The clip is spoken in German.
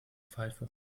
pfeife